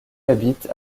habitent